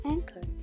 Anchor